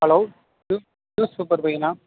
hello news news paper பையனா